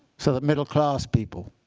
so that middle class people